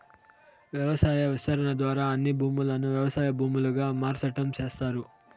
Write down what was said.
వ్యవసాయ విస్తరణ ద్వారా అన్ని భూములను వ్యవసాయ భూములుగా మార్సటం చేస్తారు